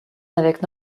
avec